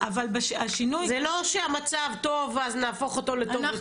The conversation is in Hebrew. זה לא שהמצב טוב, אז נהפוך אותו לטוב יותר.